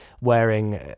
wearing